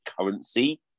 currency